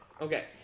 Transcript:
okay